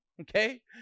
okay